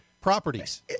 properties